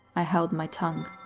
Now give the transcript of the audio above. i held my tongue.